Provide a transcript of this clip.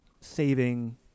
saving